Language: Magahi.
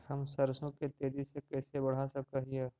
हम सरसों के तेजी से कैसे बढ़ा सक हिय?